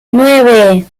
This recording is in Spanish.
nueve